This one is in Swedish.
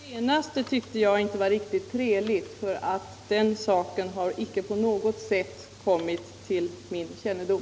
Herr talman! Det senaste som herr Lorentzon sade tyckte jag inte var riktigt trevligt. Den saken har inte på något sätt kommit till min kännedom.